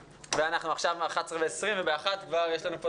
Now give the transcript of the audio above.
עכשיו 11:20 ובשעה 13:00 יש לנו כאן